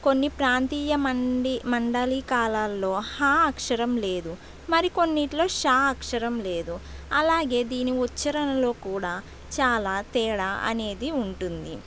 కొన్ని ప్రాంతీయ మండి మండలికలల్లో హ అక్షరం లేదు మరికొన్నిటిలో ష అక్షరం లేదు అలాగే దీని ఉచ్చారణలో కూడా చాలా తేడా అనేది ఉంటుంది